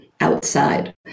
outside